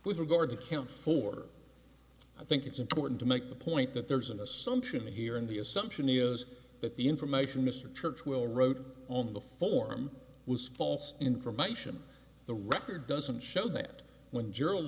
with regard to count four i think it's important to make the point that there's an assumption here in the assumption is that the information mr church will wrote on the form was false information the record doesn't show that when